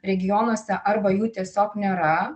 regionuose arba jų tiesiog nėra